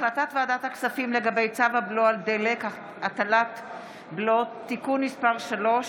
הצעת ועדת הכספים בדבר צו הבלו על דלק (הטלת בלו) (תיקון מס' 3),